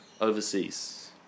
overseas